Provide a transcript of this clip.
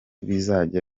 bizajya